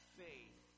faith